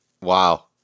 Wow